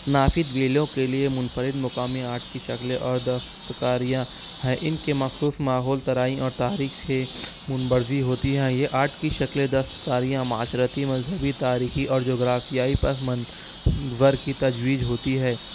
نافد ویلوں کے لیے منفرد مقامی آرٹ کی شکلیں اور دستکاریاں ہیں ان کے مخصوص ماحول ترائیں اور تحریک سے منبرزی ہوتی ہیں یہ آرٹ کی شکلیں دستکاریاں معاشرتی مذہبی تاریخی اور جغرافیائی پس منور کی تجویز ہوتی ہے